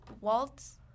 Waltz